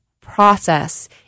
process